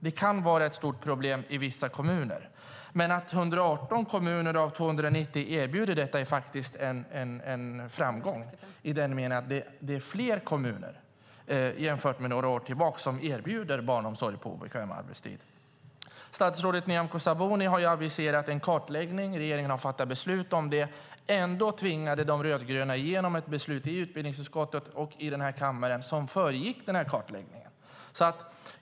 Det kan vara ett stort problem i vissa kommuner, men att 118 kommuner av 290 erbjuder detta är faktiskt en framgång i den meningen att det är fler kommuner jämfört med några år tillbaka som erbjuder barnomsorg på obekväm arbetstid. Statsrådet Nyamko Sabuni har aviserat en kartläggning. Regeringen har fattat beslut om det. Ändå tvingade de rödgröna igenom ett beslut i utbildningsutskottet och den här kammaren som föregick den kartläggningen.